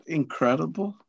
incredible